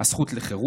כמו הזכות לחירות,